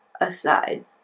aside